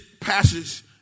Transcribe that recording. passage